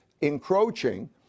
encroaching